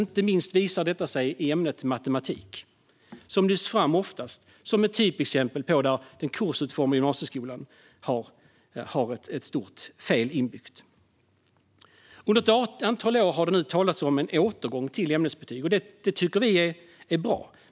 Inte minst visar sig detta i ämnet matematik, som oftast lyfts fram som ett typexempel på att den kursutformade gymnasieskolan har ett stort fel inbyggt. Under ett antal år har det talats om en återgång till ämnesbetyg. Det tycker vi är bra.